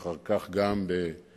ואחר כך גם בפעילות,